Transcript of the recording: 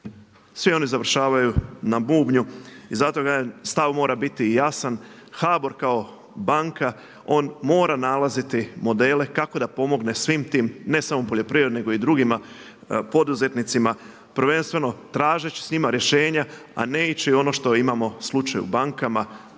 svi oni završavaju na bubnju. I zato kažem, stav mora biti jasan. HBOR kao banka on mora nalaziti modele kako da pomogne svim tim ne samo poljoprivrednim nego i drugima poduzetnicima prvenstveno tražeći s njima rješenja, a ne ići ono što imamo slučaj u bankama